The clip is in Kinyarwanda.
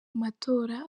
amatora